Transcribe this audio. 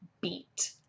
beat